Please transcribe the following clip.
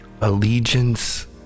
allegiance